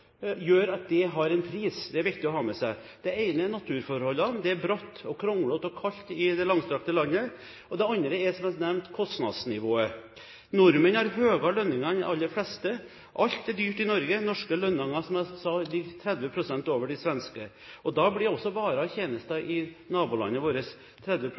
gjør at det har en pris – det er det viktig å ha med seg. Det ene er naturforholdene. Det er bratt, kronglete og kaldt i dette langstrakte landet. Og det andre er, som jeg har nevnt, kostnadsnivået. Nordmenn har høyere lønninger enn de aller fleste. Alt er dyrt i Norge. Norske lønninger ligger, som jeg sa, 30 pst. over de svenske, og da blir også varer og tjenester i nabolandet vårt 30